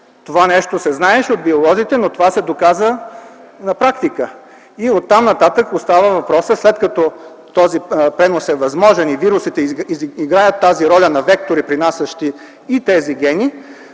Това нещо се знаеше от биолозите, но това се доказа на практика. Оттам нататък остава въпросът след като този пренос е възможен и вирусите играят тази роля на вектори, пренасящи и тези гени,